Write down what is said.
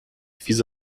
fiz